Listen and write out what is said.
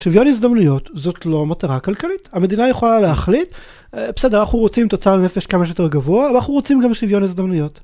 שוויון הזדמנויות זאת לא מטרה כלכלית, המדינה יכולה להחליט, בסדר אנחנו רוצים תוצר לנפש כמה שיותר גבוה, אנחנו רוצים גם שוויון הזדמנויות.